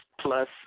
plus